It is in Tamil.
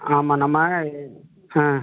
ஆமாம் நம்ம ஆ